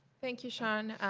thank you, sean.